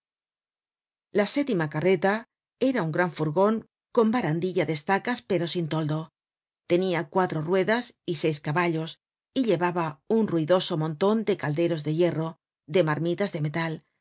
la sétima carreta era un gran furgon enn barandilla de estacas pero sin toldo tenia cuatro ruedas y seis caballos y llevaba un ruidoso monton de calderos de hierro de marmitas de metal de